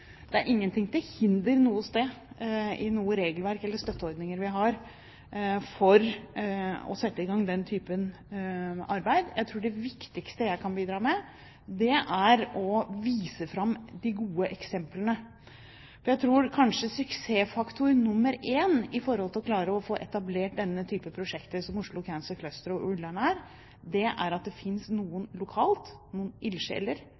Det er ingenting til hinder i regelverk eller støtteordninger for å sette i gang den typen arbeid. Jeg tror det viktigste jeg kan bidra med, er å vise fram de gode eksemplene. For jeg tror suksessfaktor nr. 1 for å klare å få etablert denne typen prosjekter som Oslo Cancer Cluster og Ullern er, er at det finnes noen lokalt, noen